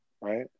Right